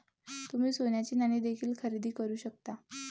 तुम्ही सोन्याची नाणी देखील खरेदी करू शकता